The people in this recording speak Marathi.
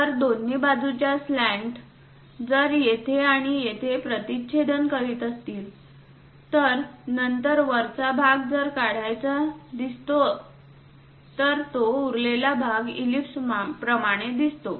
तर दोन्ही बाजूंच्या स्लॅन्ट जर येथे आणि येथे प्रतिच्छेदन करत असेल तर नंतर वरचा भाग जर काढायचा दिसतोअसेल तर तो उरलेला भाग ईलिप्स प्रमाणे दिसतो